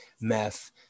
meth